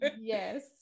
Yes